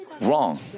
wrong